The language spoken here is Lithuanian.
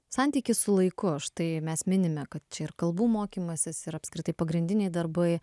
santykis su laiku štai mes minime kad čia ir kalbų mokymasis ir apskritai pagrindiniai darbai